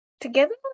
together